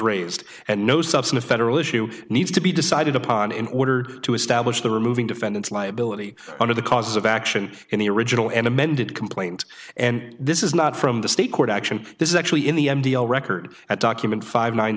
raised and no subset of federal issue needs to be decided upon in order to establish the removing defendant's liability under the cause of action in the original an amended complaint and this is not from the state court action this is actually in the m t o record at document five